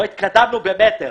לא התקדמנו במטר.